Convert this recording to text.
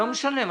לא משנה.